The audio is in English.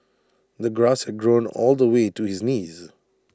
the grass had grown all the way to his knees